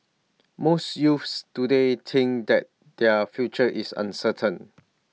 most youths today think that their future is uncertain